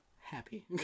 happy